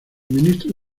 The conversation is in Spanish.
ministro